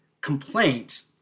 complaint